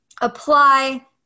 apply